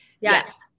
Yes